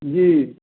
जी